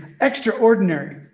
extraordinary